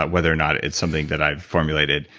but whether or not it's something that i've formulated,